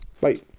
bye